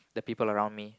the people around me